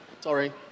sorry